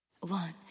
One